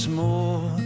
more